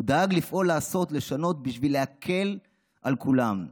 הוא דאג לפעול, לעשות, לשנות בשביל להקל על כולם.